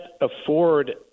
afford